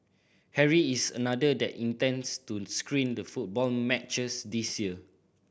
Harry is another that intends to screen the football matches this year